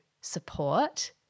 support